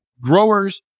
growers